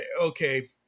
okay